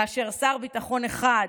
כאשר שר ביטחון אחד,